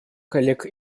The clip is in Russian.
коллег